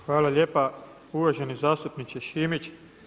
Hvala lijepa uvaženi zastupniče Šimić.